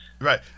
Right